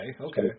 okay